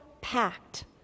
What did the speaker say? packed